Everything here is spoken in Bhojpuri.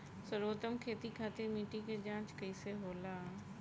सर्वोत्तम खेती खातिर मिट्टी के जाँच कइसे होला?